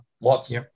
lots